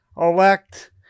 elect